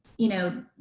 you know,